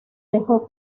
dejó